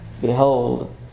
Behold